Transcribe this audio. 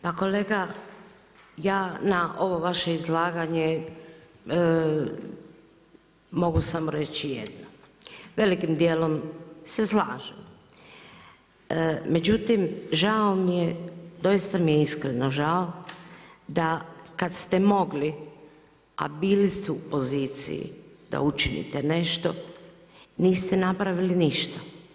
Pa kolega ja na ovo vaše izlaganje mogu samo reći jedno, velikim dijelom se slažem, međutim žao mi je doista mi je iskreno žao da kada ste mogli, a bili ste u poziciji da učinite nešto niste napravili ništa.